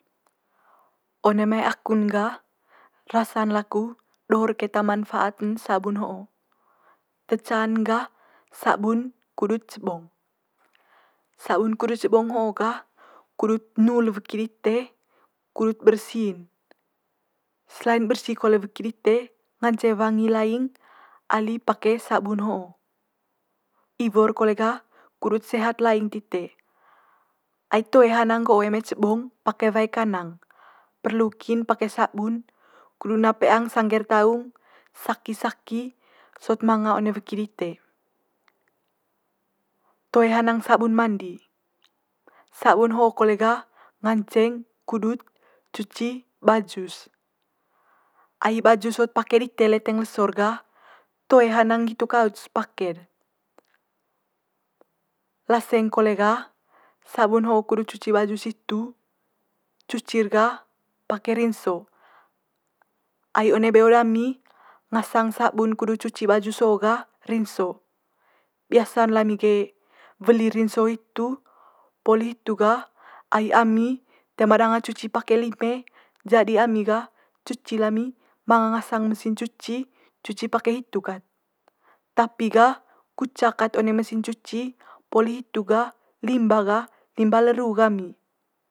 One mai aku'n gah, rasa'n laku do'r keta manfaat'n sabun ho'o. Te can gah sabun kudut cebong, sabun kudut cebong ho'o gah kudut nul weki dite kudut bersi'n. Selain bersi kole weki dite ngance wangi laing ali pake sabun ho, iwo'r kole gah kudut sehat laing tite. Ai toe hanang nggo'o eme cebong pake wae kanang perlu kin pake sabun kudu na peang sangge'r taung saki saki sot manga one weki dite. Toe hanang sabun mandi, sabun ho'o kole gah nganceng kudut cuci baju's. Ai baju sot pake dite leteng leso'r gah toe hanang nggitu kaut's pake'r. Laseng kole gah sabun ho'o kudut cuci baju situ cuci'r gah pake rinso, ai one beo dami ngasang sabun kudu cuci baju so'o gah rinso. Biasa'n lami ge weli rinso hitu poli hitu gah ai ami toe ma danga cuci pake lime jadi ami gah cuci lami manga ngasang'n mesin cuci cuci pake hitu kat. Tapi gah kucak kat one mesin cuci poli hitu gah limba gah limba le ru gami.